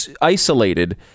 isolated